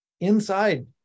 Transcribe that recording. inside